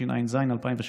התשע"ז 2017,